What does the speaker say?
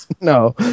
No